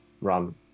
run